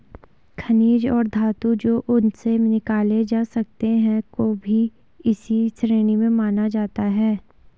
खनिज और धातु जो उनसे निकाले जा सकते हैं को भी इसी श्रेणी में माना जाता है